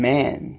Man